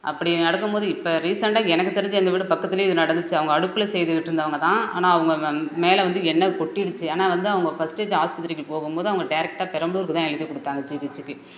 அப்படி நடக்கும்போது இப்போ ரீசெண்டாக எனக்கு தெரிஞ்சு எங்கள் வீடு பக்கத்துலேயே இது நடந்துச்சு அவங்க அடுப்பில் செய்துட்டு இருந்தவங்க தான் ஆனால் அவங்க மேலே வந்து எண்ணெய் கொட்டிடுச்சு ஆனால் வந்து அவங்க ஃபஸ்ட் ஸ்டேஜி ஆஸ்பித்திரி போகும்போது அவங்க டைரக்டா பெரம்பலூருக்கு தான் எழுதி கொடுத்தாங்க ஜிஹெச்சுக்கு